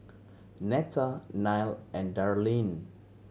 Netta Nile and Darlyne